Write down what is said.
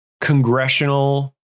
congressional